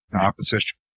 Opposition